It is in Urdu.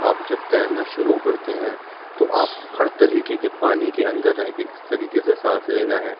آپ جب تیرنا شروع کرتے ہیں تو آپ ہر طریقے کے پانی کے اندر رہ کے کس طریقے سے سانس لینا ہے